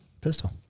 Pistol